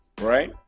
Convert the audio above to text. Right